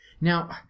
Now